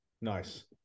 Nice